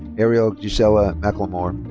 ariel gisela mclemore.